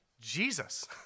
Jesus